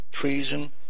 treason